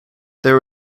there